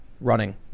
running